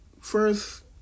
First